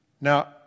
Now